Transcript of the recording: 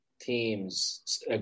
teams